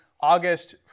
August